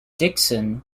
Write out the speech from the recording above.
dickson